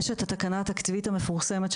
יש את התקנה התקציבים המפורסמת,